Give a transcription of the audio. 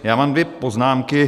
Já mám dvě poznámky.